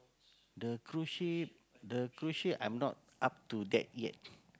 the cruise ship the cruise ship I'm not up to that yet